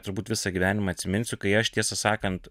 turbūt visą gyvenimą atsiminsiu kai aš tiesą sakant